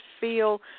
feel